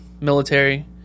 military